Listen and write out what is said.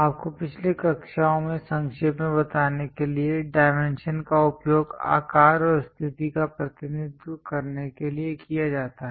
आपको पिछले कक्षाओं से संक्षेप में बताने के लिए डायमेंशन का उपयोग आकार और स्थिति का प्रतिनिधित्व करने के लिए किया जाता है